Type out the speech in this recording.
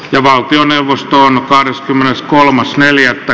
ja valtioneuvostoon kahdeskymmeneskolmas neljättä